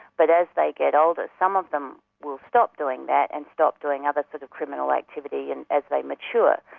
but as they get older, some of them will stop doing that and stop doing other sort of criminal activity, and as they mature.